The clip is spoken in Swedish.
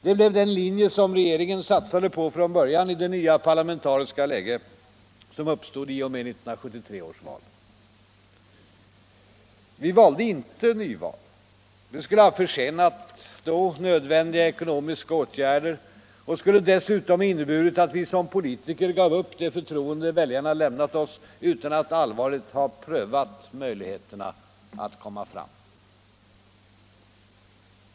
Det blev den linje som regeringen satsade på från början i det nya parlamentariska läge som uppstod i och med 1973 års val. Vi valde inte nyval — det skulle ha försenat då nödvändiga ekonomiska åtgärder och skulle dessutom ha inneburit att vi som politiker gav upp det förtroende väljarna lämnat oss utan att allvarligt ha prövat möjligheterna att komma fram.